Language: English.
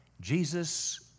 Jesus